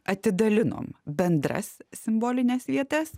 atidalinom bendras simbolines vietas